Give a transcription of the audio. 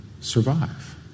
survive